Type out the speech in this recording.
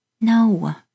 No